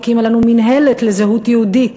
היא הקימה לנו מינהלת לזהות יהודית.